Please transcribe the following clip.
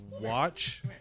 Watch